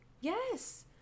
Yes